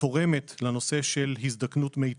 כתורמת לנושא של הזדקנות מיטבית.